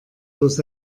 bloß